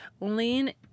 lean